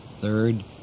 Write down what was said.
third